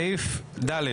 סעיף ד',